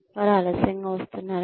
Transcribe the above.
వారు ఆలస్యంగా వస్తున్నారా